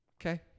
okay